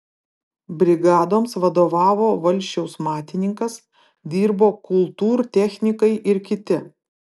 brigadoms vadovavo valsčiaus matininkas dirbo kultūrtechnikai ir kiti